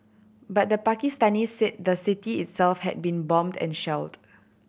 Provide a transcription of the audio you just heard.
but the Pakistanis said the city itself had been bombed and shelled